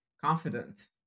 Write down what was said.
confident